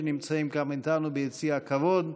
שנמצאים כאן איתנו ביציע הכבוד.